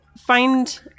find